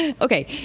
Okay